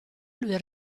lui